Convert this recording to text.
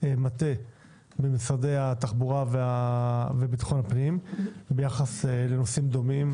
מטה במשרדי התחבורה וביטחון פנים ביחס לנושאים דומים,